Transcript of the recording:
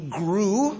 grew